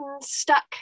stuck